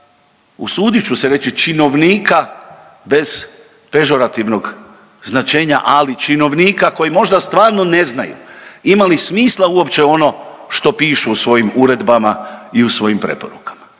usudit ću se reći, činovnika bez pežorativnog značenja, ali činovnika koji možda stvarno ne znaju ima li smisla uopće ono što pišu u svojim uredbama i u svojim preporukama